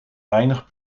weinig